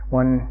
one